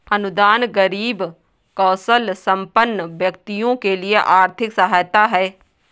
अनुदान गरीब कौशलसंपन्न व्यक्तियों के लिए आर्थिक सहायता है